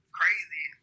crazy